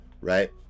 right